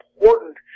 important